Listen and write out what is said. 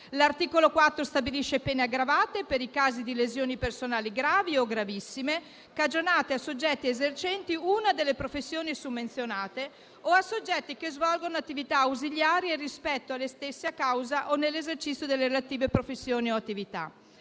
L'articolo 4 stabilisce pene aggravate per i casi di lesioni personali gravi o gravissime cagionate a soggetti esercenti una delle professioni summenzionate o a soggetti che svolgono attività ausiliarie rispetto alle stesse, a causa o nell'esercizio delle relative professioni o attività.